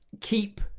keep